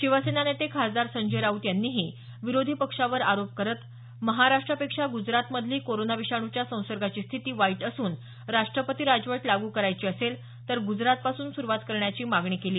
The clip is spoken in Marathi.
शिवसेना नेते खासदार संजय राऊत यांनीही विरोधी पक्षावर आरोप करत महाराष्ट्रापेक्षा ग्रजरातमधली कोरोना विषाण्च्या संसर्गाची स्थिती वाईट असून राष्ट्रपती राजवट लागू करायच असेल तर ग्रजरातपासून सुरूवात करण्याची मागणी केली